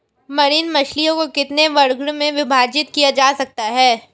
Marine मछलियों को कितने वर्गों में विभाजित किया जा सकता है?